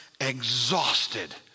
exhausted